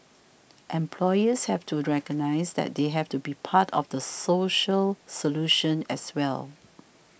employers have to recognise that they have to be part of the social solution as well